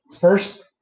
first